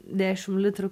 dešim litrų